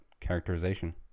characterization